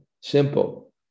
Simple